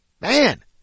man